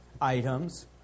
items